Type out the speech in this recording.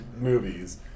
movies